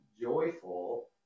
joyful